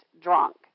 drunk